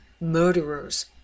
murderers